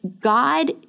God